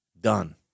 Done